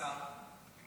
מי השר?